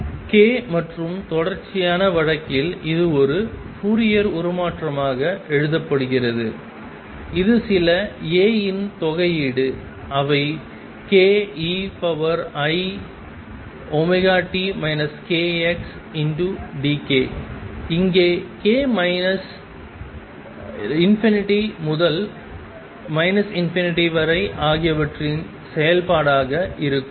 K மற்றும் தொடர்ச்சியான வழக்கில் இது ஒரு ஃபோரியர் உருமாற்றமாக எழுதப்படுகிறது இது சில A இன் தொகையீடு அவை k eiωt kx d k இங்கே k மைனஸ் ∞ முதல் வரை ஆகியவற்றின் செயல்பாடாக இருக்கும்